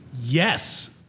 Yes